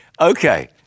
Okay